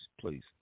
please